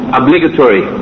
obligatory